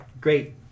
great